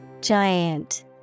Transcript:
Giant